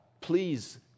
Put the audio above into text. please